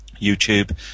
YouTube